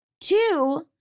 Two